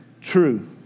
true